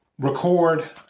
Record